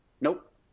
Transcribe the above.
Nope